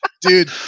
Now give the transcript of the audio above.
Dude